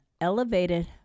elevated